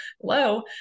Hello